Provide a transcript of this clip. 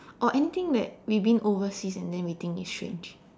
or anything that we've been overseas and then we think it's strange